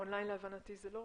--- און ליין, להבנתי, זה לא